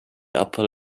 upper